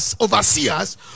overseers